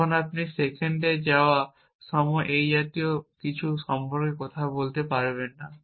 তখন আপনি সেকেন্ডে যাওয়া সময় বা এই জাতীয় কিছু সম্পর্কে কথা বলতে পারবেন না